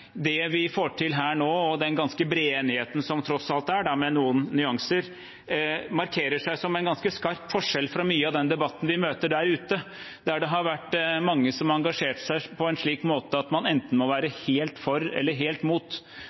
det vi får til her nå, og den ganske brede enigheten som tross alt er, med noen nyanser, markerer seg som en ganske skarp forskjell fra mye av den debatten vi møter der ute, der det har vært mange som har engasjert seg på en slik måte at man enten må være helt for eller helt mot,